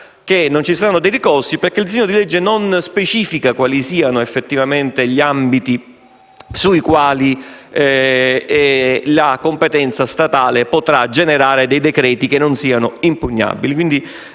non ci saranno dei ricorsi, perché il disegno di legge non specifica quali siano effettivamente gli ambiti sui quali la competenza statale potrà generare dei decreti che non siano impugnabili.